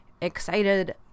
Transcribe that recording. excited